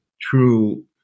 true